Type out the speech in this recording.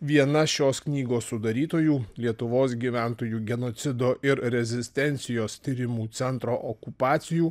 viena šios knygos sudarytojų lietuvos gyventojų genocido ir rezistencijos tyrimų centro okupacijų